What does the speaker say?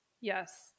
Yes